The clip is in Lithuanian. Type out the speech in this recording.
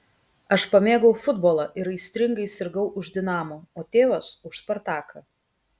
aš pamėgau futbolą ir aistringai sirgau už dinamo o tėvas už spartaką